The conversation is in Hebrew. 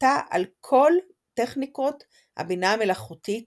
עלתה על כל טכניקות הבינה המלאכותית